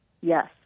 Yes